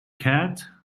cat